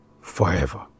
forever